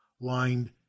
lined